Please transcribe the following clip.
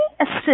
assist